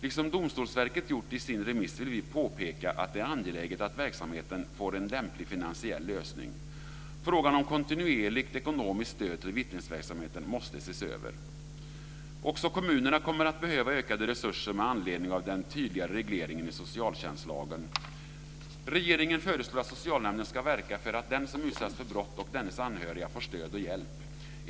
Liksom Domstolsverket gjort i sin remiss vill vi påpeka att det är angeläget att verksamheten får en lämplig finansiell lösning. Frågan om kontinuerligt ekonomiskt stöd till vittnesverksamheten måste ses över. Också kommunerna kommer att behöva ökade resurser med anledning av den tydligare regleringen i socialtjänstlagen. Regeringen föreslår att socialnämnden ska verka för att den som utsätts för brott och dennes anhöriga får stöd och hjälp.